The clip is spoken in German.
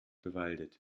bewaldet